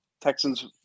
Texans